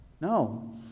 No